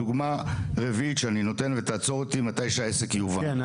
דוגמא רביעית שאני נותן ותעצור אותי מתי שהעסק יובן --- כן,